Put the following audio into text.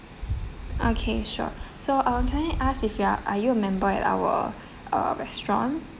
okay sure so um can I ask if you are are you a member at our uh restaurant